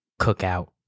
cookout